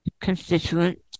constituents